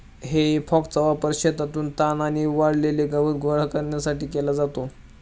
हेई फॉकचा वापर शेतातून तण आणि वाळलेले गवत गोळा करण्यासाठी केला जातो